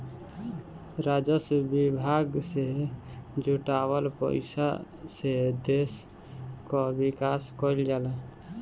राजस्व विभाग से जुटावल पईसा से देस कअ विकास कईल जाला